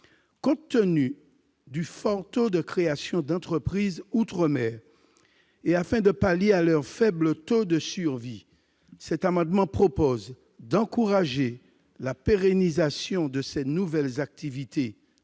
Compte tenu du fort taux de création d'entreprises outre-mer, et afin de pallier leur faible taux de survie, cet amendement vise à encourager la pérennisation de ces nouvelles activités